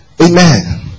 Amen